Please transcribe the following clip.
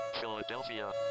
Philadelphia